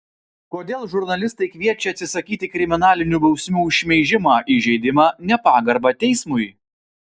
kodėl žurnalistai kviečia atsisakyti kriminalinių bausmių už šmeižimą įžeidimą nepagarbą teismui